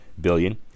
billion